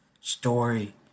story